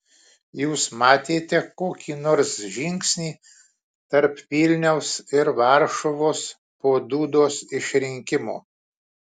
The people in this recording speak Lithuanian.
jūs matėte kokį nors žingsnį tarp vilniaus ir varšuvos po dudos išrinkimo